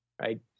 right